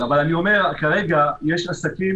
נכון, אבל כרגע יש עסקים